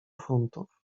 funtów